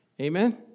Amen